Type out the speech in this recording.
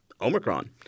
Omicron